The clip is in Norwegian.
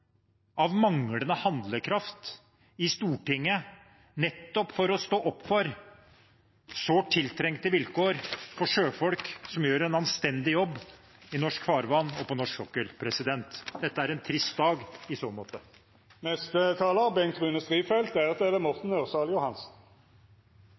av manglende handlekraft i Stortinget for nettopp å stå på for sårt tiltrengte vilkår for sjøfolk som gjør en anstendig jobb i norsk farvann og på norsk sokkel. Dette er en trist dag i så måte.